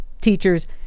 teachers